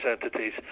entities